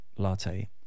latte